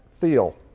feel